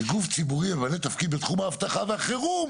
שגוף ציבורי הממלא תפקיד בתחום האבטחה והחירום